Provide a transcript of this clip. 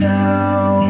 now